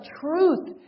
truth